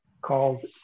called